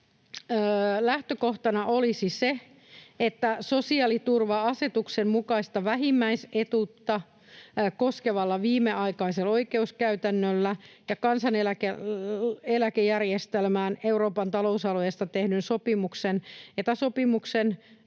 lähtökohtana olisi se, että sosiaaliturva-asetuksen mukaista vähimmäisetuutta koskeva viimeaikainen oikeuskäytäntö ja kansaneläkejärjestelmään Euroopan talousalueesta tehdyn sopimuksen,